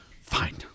Fine